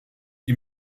die